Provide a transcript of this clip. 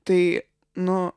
tai nu